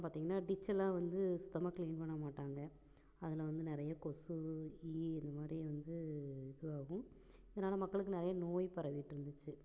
அப்புறம் பார்த்திங்கன்னா டிச்செல்லாம் வந்து சுத்தமாக க்ளீன் பண்ண மாட்டாங்க அதில் வந்து நிறைய கொசு ஈ இந்தமாதிரி வந்து இதுவாகும் இதனால் மக்களுக்கு நிறைய நோய் பரவிட்டு இருந்துச்சு